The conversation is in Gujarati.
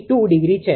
62° છે